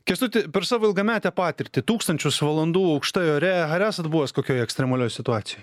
kęstuti per savo ilgametę patirtį tūkstančius valandų aukštai ore ar esat buvęs kokioj ekstremalioj situacijoj